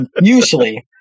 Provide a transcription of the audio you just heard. Usually